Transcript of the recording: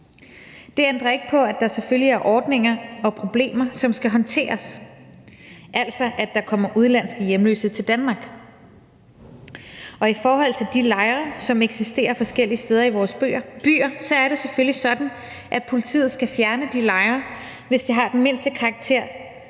Det ændrer ikke på, at der selvfølgelig er ordninger og problemer, som skal håndteres, altså at der kommer udenlandske hjemløse til Danmark, og i forhold til de lejre, som eksisterer forskellige steder i vores byer, er det selvfølgelig sådan, at politiet skal fjerne dem, hvis de har den mindste karakter